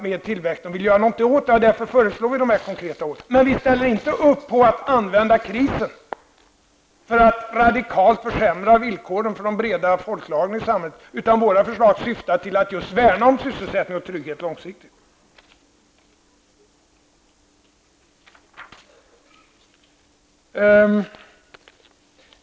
Vi vill också göra någonting åt detta, och därför föreslår vi de här konkreta åtgärderna. Men vi ställer inte upp på att använda krisen för att radikalt försämra villkoren för de breda folklagren i samhället. Våra förslag syftar i stället till att långsiktigt värna om just sysselsättning och trygghet.